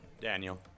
Daniel